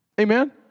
Amen